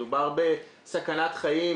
מדובר בסכנת חיים.